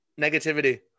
Negativity